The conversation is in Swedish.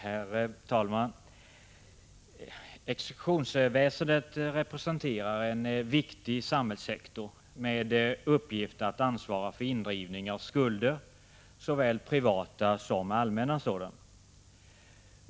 Herr talman! Exekutionsväsendet representerar en viktig samhällssektor 2 juni 1986 med uppgift att ansvara för indrivning av skulder, såväl privata som allmänna sådana.